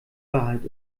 wahrheit